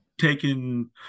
taken